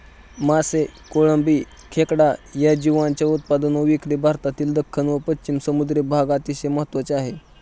मासे, कोळंबी, खेकडा या जीवांच्या उत्पादन व विक्री भारतातील दख्खन व पश्चिम समुद्री भाग अतिशय महत्त्वाचे आहे